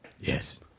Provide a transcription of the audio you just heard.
Yes